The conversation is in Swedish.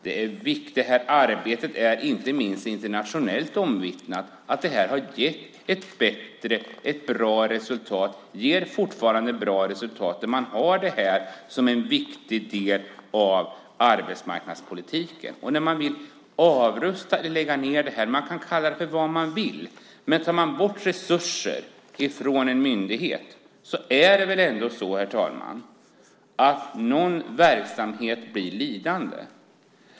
Det är inte minst internationellt omvittnat att arbetet har gett ett bra resultat. Det ger fortfarande bra resultat där man har det som en viktig del av arbetsmarknadspolitiken. Man vill avrusta eller lägga ned detta. Man kan kalla det vad man vill. Men tar man bort resurser från en myndighet är det väl ändå så, herr talman, att någon verksamhet blir lidande.